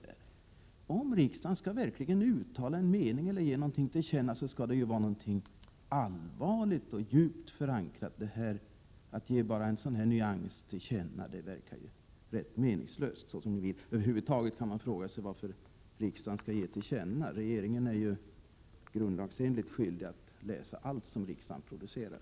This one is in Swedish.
Om riksdagen verkligen skall uttala en mening eller ge någonting till känna skall det ju vara någonting allvarligt och djupt förankrat. Att ge bara en nyans till känna verkar rätt meningslöst. Över huvud taget kan man fråga sig varför riksdagen skall ge regeringen till känna — regeringen är ju grundlagsenligt skyldig att läsa allt som riksdagen producerar.